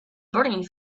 burning